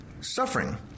suffering